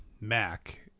Mac